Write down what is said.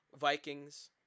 vikings